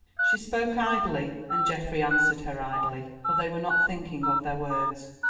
she spoke idly and geoffrey answered her idly, for they were not thinking of their words.